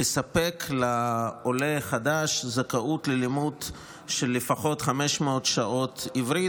לספק לעולה חדש זכאות ללימוד של לפחות 500 שעות עברית,